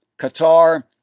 Qatar